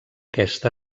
aquest